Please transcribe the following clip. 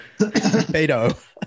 Beto